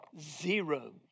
zero